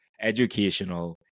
educational